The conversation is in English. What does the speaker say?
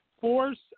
force